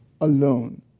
alone